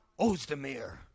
Ozdemir